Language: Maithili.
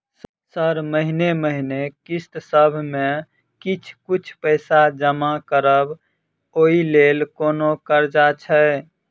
सर महीने महीने किस्तसभ मे किछ कुछ पैसा जमा करब ओई लेल कोनो कर्जा छैय?